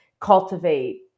cultivate